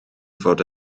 fod